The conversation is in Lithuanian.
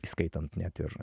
įskaitant net ir